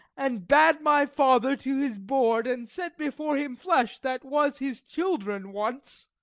and bade my father to his board, and set before him flesh that was his children once.